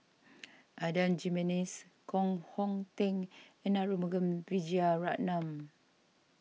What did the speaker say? Adan Jimenez Koh Hong Teng and Arumugam Vijiaratnam